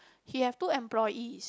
he have two employees